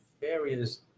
various